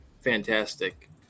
fantastic